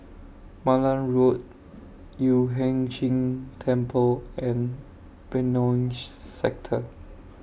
Malan Road Yueh Hai Ching Temple and Benoi Sector